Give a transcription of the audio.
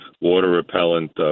water-repellent